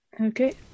Okay